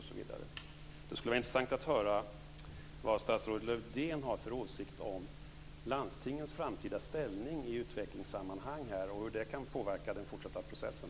Det skulle vara intressant att höra vad statsrådet Lövdén har för åsikt om landstingens framtida ställning i utvecklingssammanhang och hur de kan påverka den framtida processen.